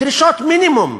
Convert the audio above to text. דרישות מינימום,